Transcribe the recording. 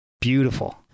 beautiful